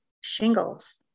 shingles